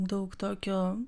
daug tokio